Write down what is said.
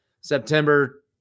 September